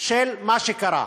של מה שקרה.